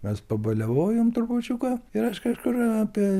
mes pabaliavojom trupučiuką ir aš kažkur apie